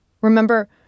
Remember